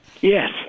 yes